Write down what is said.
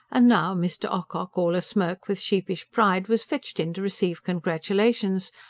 and now mr. ocock, all a-smirk with sheepish pride, was fetched in to receive congratulations,